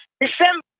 December